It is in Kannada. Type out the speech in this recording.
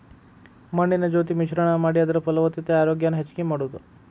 ಮಣ್ಣಿನ ಜೊತಿ ಮಿಶ್ರಣಾ ಮಾಡಿ ಅದರ ಫಲವತ್ತತೆ ಆರೋಗ್ಯಾನ ಹೆಚಗಿ ಮಾಡುದು